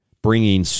bringing